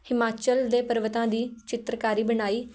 ਹਿਮਾਚਲ ਦੇ ਪਰਬਤਾਂ ਦੀ ਚਿੱਤਰਕਾਰੀ ਬਣਾਈ